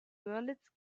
görlitz